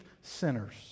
sinners